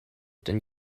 than